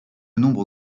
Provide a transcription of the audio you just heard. nombre